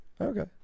Okay